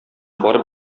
барып